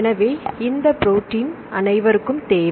எனவே இந்த ப்ரோடீன் அனைவருக்கும் தேவை